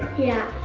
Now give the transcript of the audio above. yeah.